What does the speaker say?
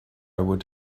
would